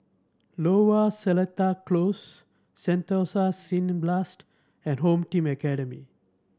Lower Seletar Close Sentosa Cineblast and Home Team Academy